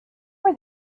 were